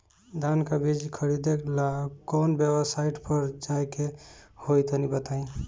धान का बीज खरीदे ला काउन वेबसाइट पर जाए के होई तनि बताई?